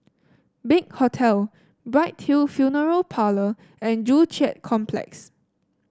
Big Hotel Bright Hill Funeral Parlour and Joo Chiat Complex